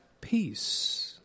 peace